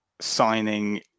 signing